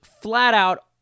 flat-out